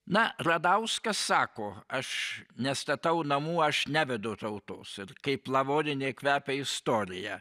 na radauskas sako aš nestatau namų aš nevedu tautos ir kaip lavoninė kvepia istorija